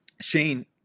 shane